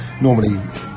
normally